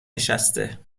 نشسته